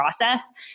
process